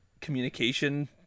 communication